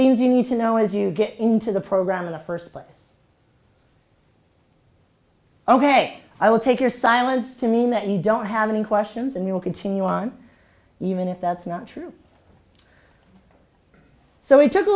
things you need to know as you get into the program in the first place ok i will take your silence to mean that you don't have any questions and you will continue on even if that's not true so we took a